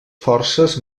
forces